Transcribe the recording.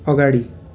अगाडि